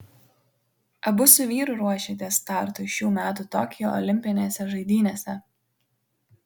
abu su vyru ruošėtės startui šių metų tokijo olimpinėse žaidynėse